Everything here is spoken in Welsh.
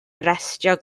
arestio